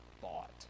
bought